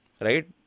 right